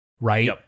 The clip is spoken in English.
right